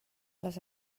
les